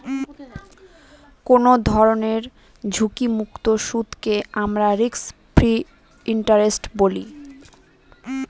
কোনো ধরনের ঝুঁকিমুক্ত সুদকে আমরা রিস্ক ফ্রি ইন্টারেস্ট বলি